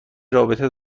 رابطه